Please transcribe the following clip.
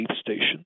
station